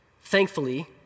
Thankfully